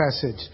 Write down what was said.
passage